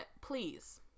Please